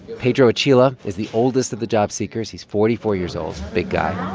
pedro attila is the oldest of the job seekers. he's forty four years old big guy